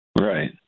Right